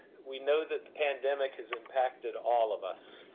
we know that the pandemic has impacted all of us.